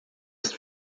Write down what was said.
ist